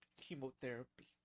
chemotherapy